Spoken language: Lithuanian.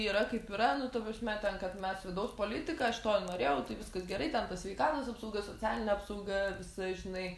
yra kaip yra nu ta prasme ten kad mes vidaus politiką aš to ir norėjau tai viskas gerai ten ta sveikatos apsauga socialinė apsauga visa žinai